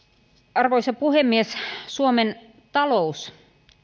arvoisa puhemies suomen talous